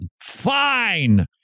Fine